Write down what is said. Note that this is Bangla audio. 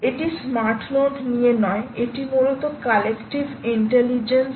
এটি স্মার্ট নোড নিয়ে নয় এটি মূলত কালেক্টিভ ইন্টেলিজেন্স